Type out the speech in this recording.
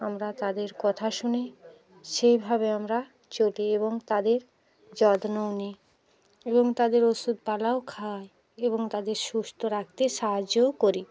আমরা তাদের কথা শুনি সেভাবে আমরা চলি এবং তাদের যত্নও নিই এবং তাদের ওষুধ পালাও খাওয়াই এবং তাদের সুস্থ রাখতে সাহায্যও করি